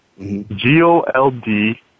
G-O-L-D